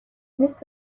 نصف